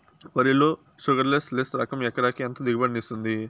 వరి లో sugarless less రకం ఎకరాకి ఎంత దిగుబడినిస్తుంది